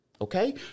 okay